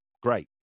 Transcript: Great